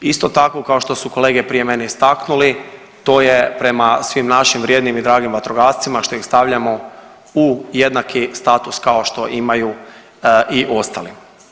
Isto tako kao što su kolege prije mene istaknuli to je prema svim našim vrijednim i dragim vatrogascima što ih stavljamo u jednaki status kao što imaju i ostali.